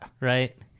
Right